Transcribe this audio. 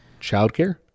childcare